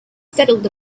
settled